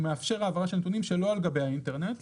הוא מאפשר העברה של נתונים שלא על גבי האינטרנט.